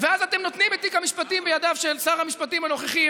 ואז אתם נותנים את תיק המשפטים בידיו של שר המשפטים הנוכחי,